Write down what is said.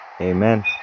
Amen